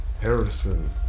Harrison